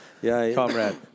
comrade